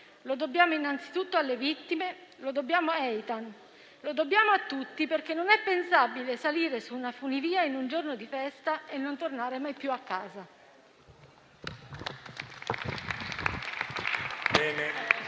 Lo dobbiamo, innanzitutto, alle vittime; lo dobbiamo a Eitan; lo dobbiamo a tutti, perché non è pensabile salire su una funivia in un giorno di festa e non tornare mai più a casa.